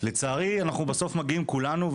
לצערי אנחנו בסוף מגיעים כולנו,